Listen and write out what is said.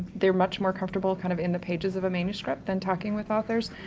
they're much more comfortable kind of in the pages of a manuscript than talking with authors,